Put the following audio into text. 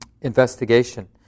investigation